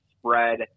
spread